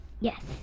Yes